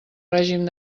règim